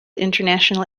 international